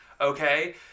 okay